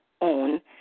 own